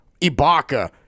Ibaka